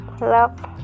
love